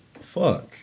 Fuck